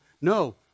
No